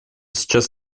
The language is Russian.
сейчас